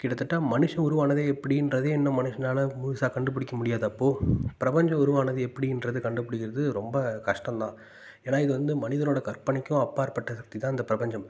கிட்டத்தட்ட மனுஷன் உருவானதே எப்படின்றதே இன்னும் மனுஷனால் முழுசாக கண்டுபிடிக்க முடியாதப்போ பிரபஞ்சம் உருவானது எப்படின்றது கண்டுபிடிக்கிறது ரொம்ப கஷ்டம்தான் ஏன்னால் இது வந்து மனிதனோடய கற்பனைக்கும் அப்பாற்பட்ட சக்தி தான் இந்தப் பிரபஞ்சம்